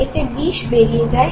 এতে বিষ বেরিয়ে যায়